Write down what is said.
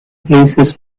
places